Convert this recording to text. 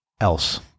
else